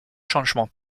changements